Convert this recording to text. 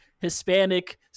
Hispanic